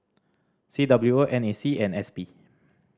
C W O N A C and S P